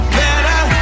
better